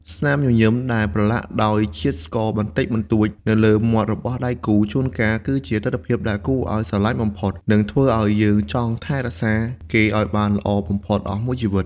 ស្នាមញញឹមដែលប្រឡាក់ដោយជាតិស្ករបន្តិចបន្តួចនៅលើមាត់របស់ដៃគូ ជួនកាលគឺជាទិដ្ឋភាពដែលគួរឱ្យស្រឡាញ់បំផុត និងធ្វើឱ្យយើងចង់ថែរក្សាគេឱ្យបានល្អបំផុតអស់មួយជីវិត។